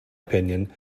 opinion